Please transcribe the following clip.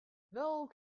welk